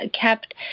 kept